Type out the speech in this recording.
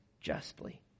justly